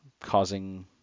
causing